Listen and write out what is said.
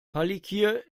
palikir